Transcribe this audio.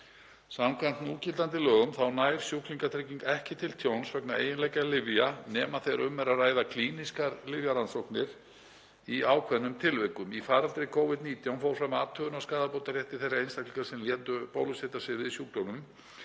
Samkvæmt núgildandi lögum nær sjúklingatrygging ekki til tjóns vegna eiginleika lyfja nema þegar um er að ræða klínískar lyfjarannsóknir í ákveðnum tilvikum. Í faraldri Covid-19 fór fram athugun á skaðabótarétti þeirra einstaklinga sem létu bólusetja sig við sjúkdómnum